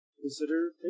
consider